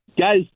guys